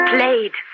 Played